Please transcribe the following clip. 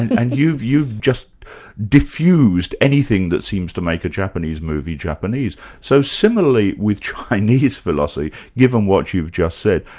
and and you've you've just diffused anything that seems to make a japanese movie japanese. so similarly with chinese philosophy, given what you've just said,